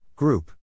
Group